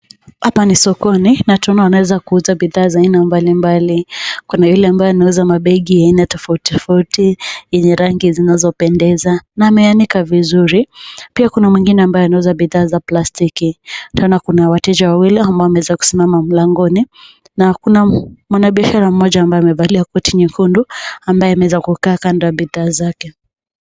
Hapa ni sokoni na tunaona wanaweza kuuza bidhaa za aina mbalimbali. Kuna yule ambaye anauza mabegi ya aina tofauti tofauti yenye rangi zinazopendeza, na ameanika vizuri. Pia kuna mwingine ambaye anauza bidhaa za plastiki. Tunaona kuna wateja wawili ambao wameweza kusimama mlangoni, na kuna mwanabiashara mmoja ambaye amevalia koti nyekundu, ambaye ameweza kukàa kando ya bidhaa zake.